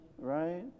right